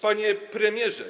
Panie Premierze!